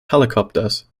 helicopters